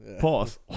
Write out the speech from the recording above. Pause